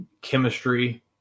chemistry